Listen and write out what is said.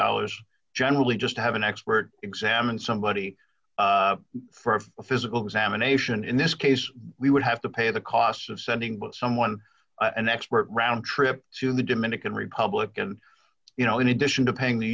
dollars generally just to have an expert examine somebody for a physical examination in this case we would have to pay the costs of sending but someone an expert round trip to the dominican republic and you know in addition to paying the